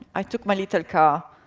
i took my little car,